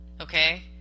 okay